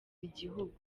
igihugu